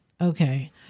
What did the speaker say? Okay